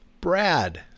Brad